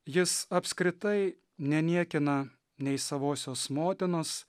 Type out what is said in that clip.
jis apskritai neniekina nei savosios motinos